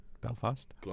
Belfast